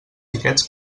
xiquets